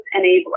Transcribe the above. enabler